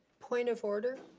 point of order.